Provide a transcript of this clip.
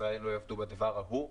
ישראלים לא יעבדו בדבר ההוא,